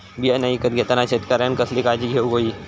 बियाणा ईकत घेताना शेतकऱ्यानं कसली काळजी घेऊक होई?